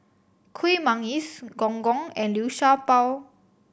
Kueh Manggis Gong Gong and Liu Sha Bao